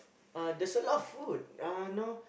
uh there's a lot of food uh know